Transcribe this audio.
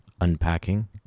unpacking